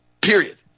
period